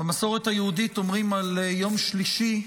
במסורת היהודית אומרים על יום שלישי: